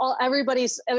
everybody's